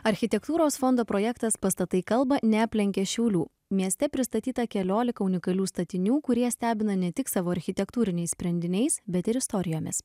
architektūros fondo projektas pastatai kalba neaplenkė šiaulių mieste pristatyta keliolika unikalių statinių kurie stebina ne tik savo architektūriniais sprendiniais bet ir istorijomis